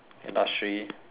last three